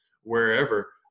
wherever